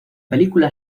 película